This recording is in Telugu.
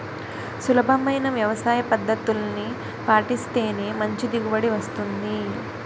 సులభమైన వ్యవసాయపద్దతుల్ని పాటిస్తేనే మంచి దిగుబడి వస్తుంది